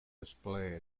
display